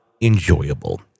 enjoyable